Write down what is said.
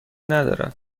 ندارد